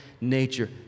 nature